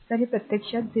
तर हे प्रत्यक्षात 0